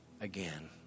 again